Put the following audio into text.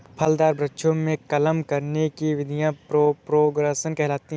फलदार वृक्षों में कलम करने की विधियां प्रोपेगेशन कहलाती हैं